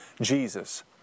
Jesus